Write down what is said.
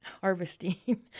harvesting